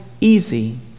easy